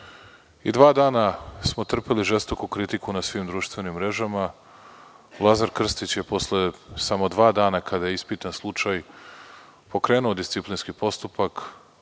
i dva dana smo trpeli žestoku kritiku na svim društvenim mrežama. Lazar Krstić je posle samo dva dana kada je ispitan slučaj pokrenuo disciplinski postupak,